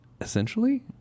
essentially